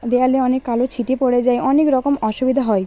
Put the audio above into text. দেওয়ালে অনেক কালো ছিটে পড়ে যায় অনেকরকম অসুবিধা হয়